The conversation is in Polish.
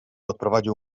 odprowadził